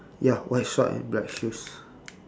ya white short and black shoes